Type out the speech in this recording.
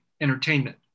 entertainment